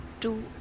two